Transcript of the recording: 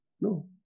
No